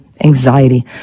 anxiety